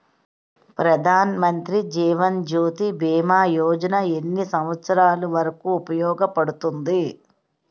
ప్రధాన్ మంత్రి జీవన్ జ్యోతి భీమా యోజన ఎన్ని సంవత్సారాలు వరకు ఉపయోగపడుతుంది?